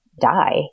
die